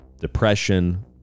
depression